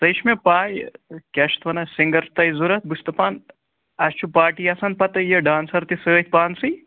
سوے چھِ مےٚ پَے کیٛاہ چھِ اَتھ ونان سِنٛگَر چھُو تۄہہِ ضوٚرتھ بہٕ چھُس دَپان اَسہِ چھُ پاٹی آسان پَتہٕ یہِ ڈانسَر تہِ سۭتۍ پانسٕے